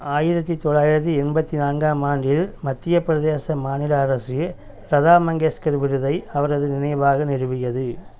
ஆயிரத்தி தொள்ளாயிரத்தி எண்பத்தி நான்காம் ஆண்டில் மத்தியப் பிரதேச மாநில அரசு லதா மங்கேஷ்கர் விருதை அவரது நினைவாக நிறுவியது